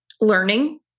learning